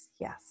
Yes